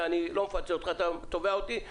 אני לא מפצה אותך, אתה תובע אותי.